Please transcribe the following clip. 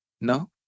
no